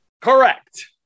Correct